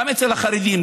גם אצל החרדים,